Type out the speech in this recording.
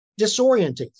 disorienting